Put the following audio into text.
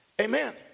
Amen